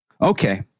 Okay